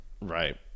right